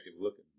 looking